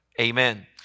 amen